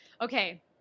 Okay